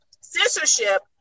censorship